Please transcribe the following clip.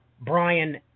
Brian